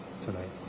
tonight